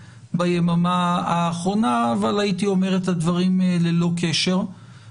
ביממה האחרונה אבל הייתי אומר את הדברים ללא קשר.